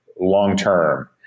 long-term